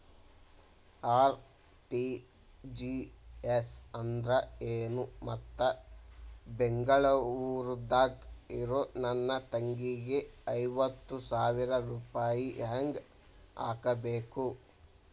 RTGS ಅಂದ್ರ ಏನು ಮತ್ತ ಬೆಂಗಳೂರದಾಗ್ ಇರೋ ನನ್ನ ತಂಗಿಗೆ ಐವತ್ತು ಸಾವಿರ ರೂಪಾಯಿ ಹೆಂಗ್ ಹಾಕಬೇಕು?